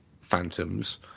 phantoms